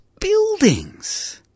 buildings